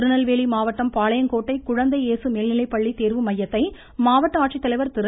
திருநெல்வேலி மாவட்டம் பாளையங்கோட்டை குழந்தை ஏசு மேல்நிலைப்பள்ளி தேர்வு மையத்தை மாவட்ட ஆட்சித்தலைவர் திரு